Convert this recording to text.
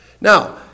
Now